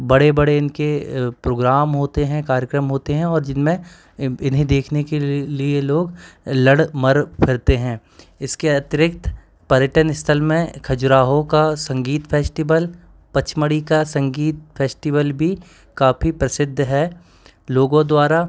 बड़े बड़े इनके प्रोग्राम होते हैं कार्यक्रम होते हैं और जिनमें इन्हें देखने के लिए लोग लड़ मर करते हैं इसके अतिरिक्त पर्यटन स्थल में खजुराहो का संगीत फेस्टिबल पचमणी का संगीत फेस्टिवल भी काफ़ी प्रसिद्ध है लोगों द्वारा